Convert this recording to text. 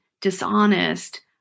dishonest